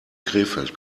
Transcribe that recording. krefeld